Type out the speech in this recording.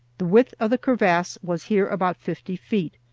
the width of the crevasse was here about fifty feet,